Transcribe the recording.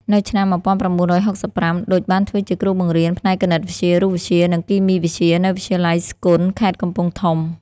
នៅឆ្នាំ១៩៦៥ ឌុច បានធ្វើជាគ្រូបង្រៀនផ្នែកគណិតវិទ្យា រូបវិទ្យា និងគីមីវិទ្យា នៅវិទ្យាល័យស្គន់ ខេត្តកំពង់ធំ។